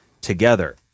together